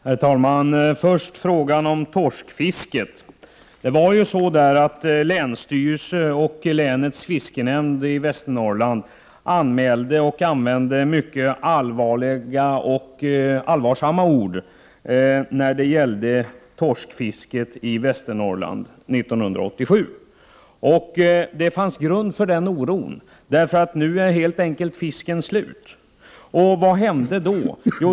Herr talman! Först frågan om torskfisket. Länsstyrelsen och fiskerinämnden i Västernorrland använde mycket allvarsamma ord om torskfisket i Västernorrland 1987. Det fanns grund för oro. Nu är fisken helt enkelt slut. Vad hände då?